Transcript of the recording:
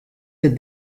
with